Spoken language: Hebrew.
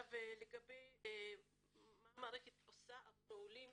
לגבי מה המערכת עושה עבור העולים,